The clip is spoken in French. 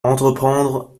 entreprendre